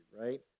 right